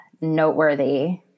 noteworthy